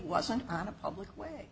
wasn't on a public way